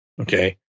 Okay